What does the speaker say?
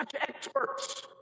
experts